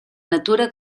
natura